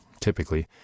typically